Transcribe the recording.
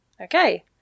Okay